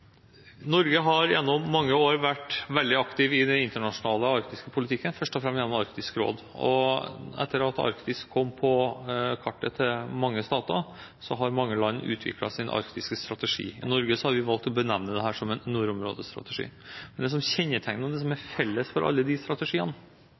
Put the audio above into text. Norge har gjennom mange år vært veldig aktiv i den internasjonale arktiske politikken, først og fremst gjennom Arktisk råd. Etter at Arktis kom på kartet til mange stater, har mange land utviklet sin arktiske strategi. I Norge har vi valgt å benevne det som en nordområdestrategi. Det som kjennetegner og som er felles for alle strategiene,